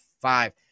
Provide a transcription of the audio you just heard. five